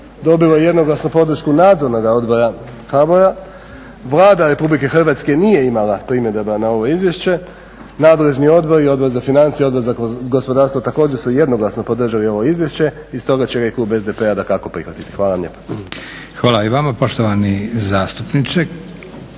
dobilo je jednoglasnu podršku Nadzornog odbora HBOR-a. Vlada Republike Hrvatske nije imala primjedaba na ovo izvješće. Nadležni odbori, Odbor za financije, Odbor za gospodarstvo također su jednoglasno podržali ovo izvješće i stoga će ga i klub SDP-a dakako prihvatiti. Hvala vam lijepo. **Leko, Josip (SDP)** Hvala i vama poštovani zastupniče